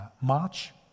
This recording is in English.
March